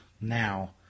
now